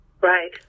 right